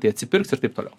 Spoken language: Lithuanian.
tai atsipirks ir taip toliau